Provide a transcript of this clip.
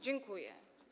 Dziękuję.